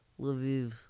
Lviv